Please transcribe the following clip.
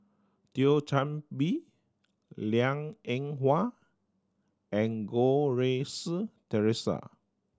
Thio Chan Bee Liang Eng Hwa and Goh Rui Si Theresa